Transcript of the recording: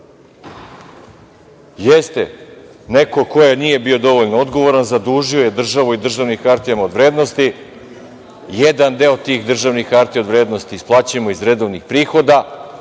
Jeste, neko ko nije bio dovoljno odgovoran zadužio je državu i državnim hartijama od vrednosti. Jedan deo tih državnih hartija od vrednosti isplaćujemo iz redovnih prihoda,